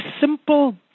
simple